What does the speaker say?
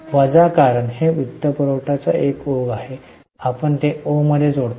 वजा कारण हे वित्तपुरवठ्यात एक ओघ आहे आणि आपण ते ओ मध्ये जोडतो